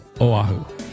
Oahu